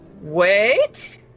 wait